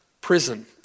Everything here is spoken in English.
prison